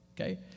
Okay